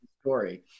story